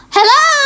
Hello